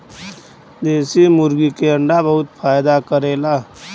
देशी मुर्गी के अंडा बहुते फायदा करेला